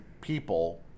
people